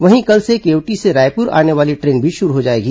वहीं कल से केवटी से रायपुर आने वाली ट्रेन भी शुरू हो जाएगी